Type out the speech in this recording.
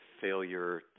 failure